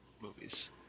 movies